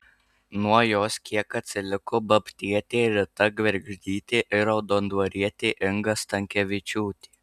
nuo jos kiek atsiliko babtietė rita gvergždytė ir raudondvarietė inga stankevičiūtė